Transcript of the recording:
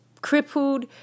crippled